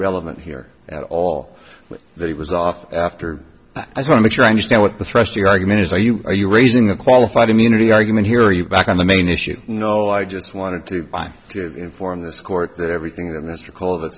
relevant here at all that he was off after i want to make sure i understand what the thrust of your argument is are you are you raising a qualified immunity argument here or you back on the main issue no i just wanted to buy to inform this court that everything that mr cole that